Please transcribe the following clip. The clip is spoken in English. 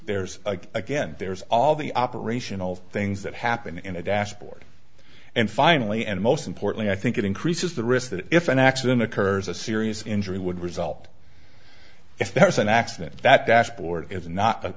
there's again there's all the operational things that happen in a dashboard and finally and most importantly i think it increases the risk that if an accident occurs a serious injury would result if there's an accident that